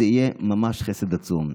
זה יהיה ממש חסד עצום.